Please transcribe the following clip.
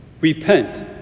Repent